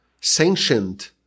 sanctioned